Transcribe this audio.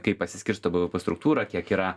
kai pasiskirsto bvp struktūra kiek yra